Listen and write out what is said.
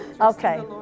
Okay